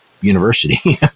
University